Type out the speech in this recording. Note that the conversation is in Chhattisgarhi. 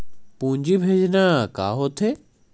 पूंजी भेजना का होथे?